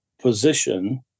position